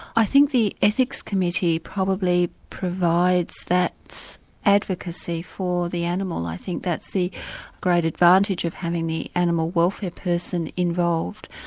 i think the ethics committee probably provides that advocacy for the animal, i think that's the great advantage of having the animal welfare person involved.